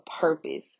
purpose